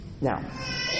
Now